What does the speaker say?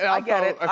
i get it,